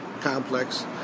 complex